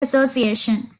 association